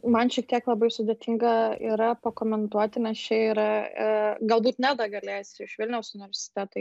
man šiek tiek labai sudėtinga yra pakomentuoti nes čia yra galbūt neda galės iš vilniaus universiteto